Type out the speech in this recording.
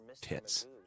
tits